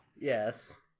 Yes